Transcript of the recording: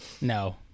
No